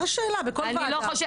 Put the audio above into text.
מה השאלה, בכל ועדה.